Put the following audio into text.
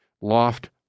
loft